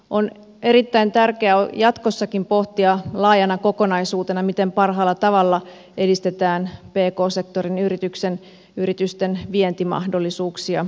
on erittäin tärkeää jatkossakin pohtia laajana kokonaisuutena miten parhaalla tavalla edistetään pk sektorin yritysten vientimahdollisuuksia maailmalle